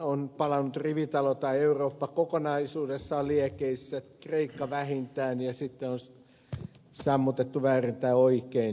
on palanut rivitalo tai eurooppa kokonaisuudessaan liekeissä kreikka vähintään ja sitten on sammutettu väärin tai oikein